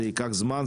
זה ייקח זמן,